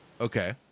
Okay